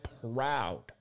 proud